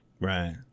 Right